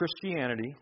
Christianity